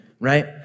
right